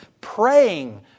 praying